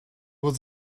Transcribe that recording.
was